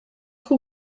who